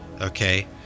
Okay